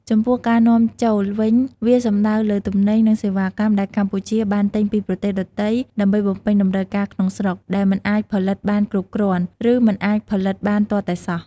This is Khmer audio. ចំពោះ ការនាំចូល វិញ វាសំដៅលើទំនិញ និងសេវាកម្មដែលកម្ពុជាបានទិញពីប្រទេសដទៃ ដើម្បីបំពេញតម្រូវការក្នុងស្រុក ដែលមិនអាចផលិតបានគ្រប់គ្រាន់ ឬមិនអាចផលិតបានទាល់តែសោះ។